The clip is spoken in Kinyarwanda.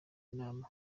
inama